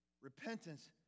Repentance